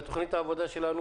לתוכנית העבודה שלנו,